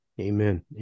Amen